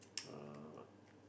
uh